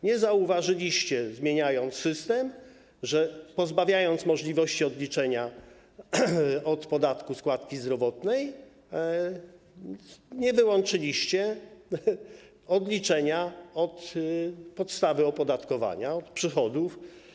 Nie zauważyliście, zmieniając system, że pozbawiając możliwości odliczenia od podatku składki zdrowotnej, nie wyłączyliście odliczenia od podstawy opodatkowania, od przychodów.